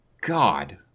God